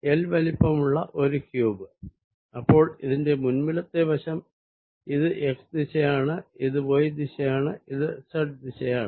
L വലിപ്പമുള്ള ഒരു cube അപ്പോൾ ഇതിന്റെ മുൻപിലത്തെ വശം ഇത് xദിശയാണ് ഇത് y ദിശയാണ് ഇത് z ദിശയാണ്